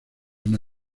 una